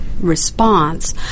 response